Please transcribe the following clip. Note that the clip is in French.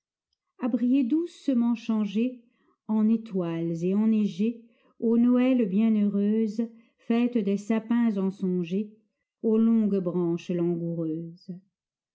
briller doucement changés en étoiles et enneigés aux noëls bienheureuses fêtes des sapins ensongés aux longues branches langoureuses